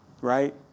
Right